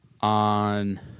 On